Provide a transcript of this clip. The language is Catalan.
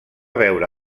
veure